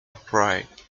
upright